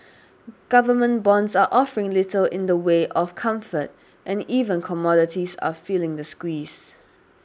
government bonds are offering little in the way of comfort and even commodities are feeling the squeeze